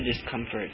discomfort